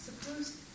Suppose